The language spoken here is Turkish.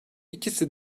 ikisi